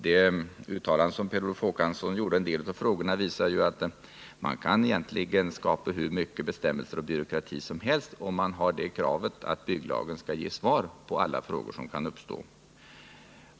De uttalanden som Per Olof Håkansson gjorde visar att man egentligen kan skapa hur mycket byråkrati som helst om man har det kravet att bygglagen skall ge svar på alla frågor som kan uppstå.